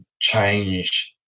change